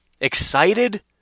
excited